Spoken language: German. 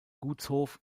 gutshof